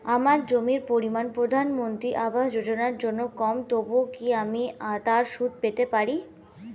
আমার জমির পরিমাণ প্রধানমন্ত্রী আবাস যোজনার জন্য কম তবুও কি আমি তার সুবিধা পেতে পারি?